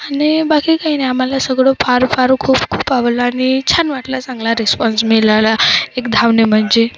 आणि बाकी काही नाही आम्हाला सगळं फार फार खूप खूप आवडला आणि छान वाटला चांगला रिस्पॉन्स मिळाला एक धावणे म्हणजे